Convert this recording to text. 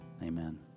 amen